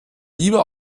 lieber